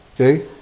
okay